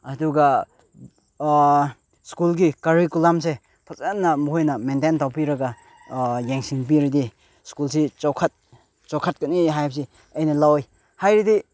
ꯑꯗꯨꯒ ꯁ꯭ꯀꯨꯜꯒꯤ ꯀꯔꯤꯀꯨꯂꯝꯁꯦ ꯐꯖꯅ ꯃꯈꯣꯏꯅ ꯃꯦꯟꯇꯦꯟ ꯇꯧꯕꯤꯔꯒ ꯌꯦꯡꯁꯤꯟꯕꯤꯔꯗꯤ ꯁ꯭ꯀꯨꯜꯁꯤ ꯆꯥꯎꯈꯠꯀꯅꯤ ꯍꯥꯏꯕꯁꯤ ꯑꯩꯅ ꯂꯧꯏ ꯍꯥꯏꯕꯗꯤ